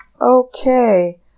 Okay